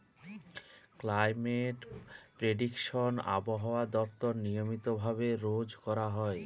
climate prediction আবহাওয়া দপ্তর নিয়মিত ভাবে রোজ করা হয়